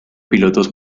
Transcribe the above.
pilotos